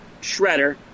shredder